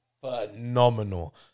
phenomenal